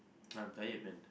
I'm tired man